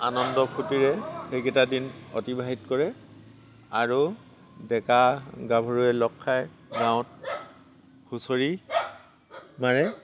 আনন্দ ফূৰ্ত্তিৰে সেইকেইটা দিন অতিবাহিত কৰে আৰু ডেকা গাভৰুৱে লগ খাই গাঁৱত হুঁচৰি মাৰে